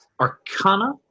Arcana